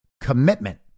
commitment